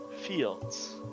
fields